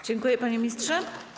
Dziękuję, panie ministrze.